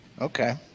Okay